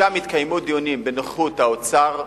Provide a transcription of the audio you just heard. שם יתקיימו דיונים בנוכחות האוצר,